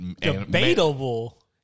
Debatable